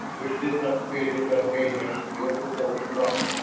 which did not fit its ungainly, ill-proportioned body,